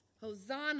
Hosanna